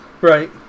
Right